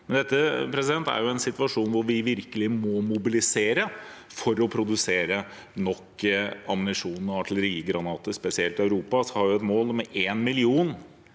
Dette er en situasjon hvor vi virkelig må mobilisere for å produsere nok ammunisjon og artillerigranater spesielt. I Europa har vi et mål om en million